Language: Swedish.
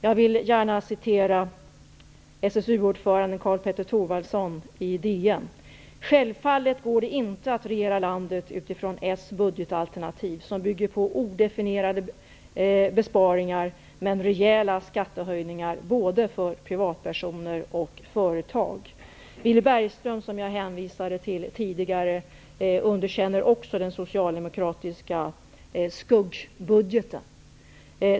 Jag vill gärna återge vad DN: Självfallet går det inte att regera landet utifrån Socialdemokraternas budgetalternativ, som bygger på odefinierade besparingar men rejäla skattehöjningar både för privatpersoner och företag. Villy Bergström, som jag tidigare hänvisade till, underkänner också den socialdemokratiska skuggbudgeten.